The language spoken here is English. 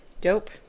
Dope